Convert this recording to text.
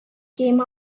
came